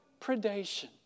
predation